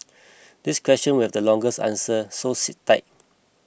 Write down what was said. this question will the longest answer so sit tight